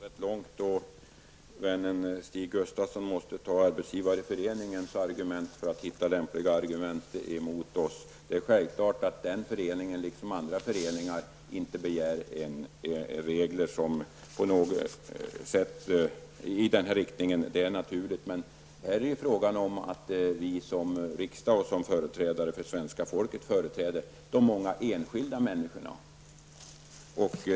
Herr talman! Det har väl gått rätt långt då vännen Stig Gustafsson måste ta till Arbetsgivareföreningens synpunkter för att hitta lämpliga argument att anföra emot oss. Det är självklart att den föreningen liksom andra föreningar inte begär regler i den här riktningen -- det är naturligt. Men här är det fråga om att vi som riksdagsledamöter och representanter för svenska folket företräder de många enskilda människorna.